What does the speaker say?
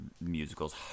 musicals